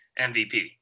MVP